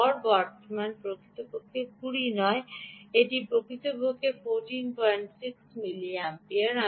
গড় বর্তমান প্রকৃতপক্ষে 20 নয় এটি প্রকৃতপক্ষে 146 মিলিঅ্যাম্পিয়ার